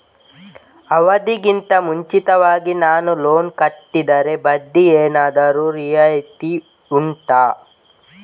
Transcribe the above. ಅವಧಿ ಗಿಂತ ಮುಂಚಿತವಾಗಿ ನಾನು ಲೋನ್ ಕಟ್ಟಿದರೆ ಬಡ್ಡಿ ಏನಾದರೂ ರಿಯಾಯಿತಿ ಉಂಟಾ